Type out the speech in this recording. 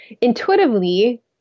intuitively